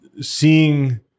seeing